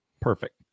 Perfect